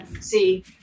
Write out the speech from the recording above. see